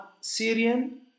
Syrian